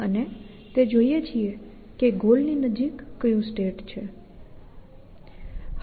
અને તે જોઈએ છીએ કે ગોલ ની નજીક કયું સ્ટેટ છે